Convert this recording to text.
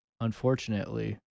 unfortunately